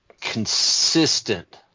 consistent